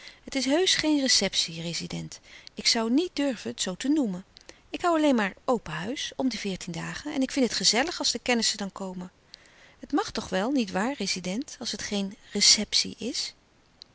het is heusch geen receptie rezident ik zoû niet durven het zoo te noemen ik hoû alleen maar open huis om de veertien dagen en ik vind het gezellig als de kennissen dan komen het mag toch wel niet waar rezident als het geen receptie is